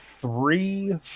three